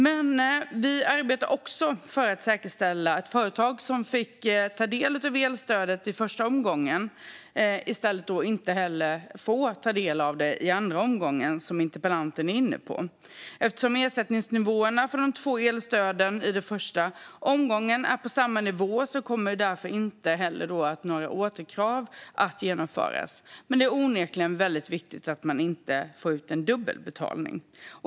Men vi arbetar också för att säkerställa att företag som fick ta del av elstödet i den första omgången inte får ta del av det i den andra omgången, som interpellanten är inne på. Eftersom ersättningsnivåerna för de två elstöden i den första omgången är på samma nivå kommer inte några återkrav att ställas. Men det är onekligen väldigt viktigt att man inte får ut dubbel betalning.